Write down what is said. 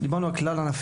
אלא על כלל-ענפיות.